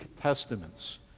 testaments